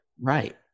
right